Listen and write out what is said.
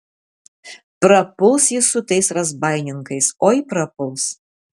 prapuls jis su tais razbaininkais oi prapuls